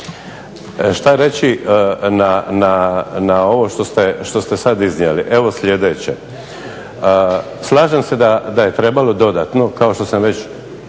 šta reći na ovo što ste sad iznijeli. Evo sljedeće, slažem se da je trebalo dodatno kao što sam već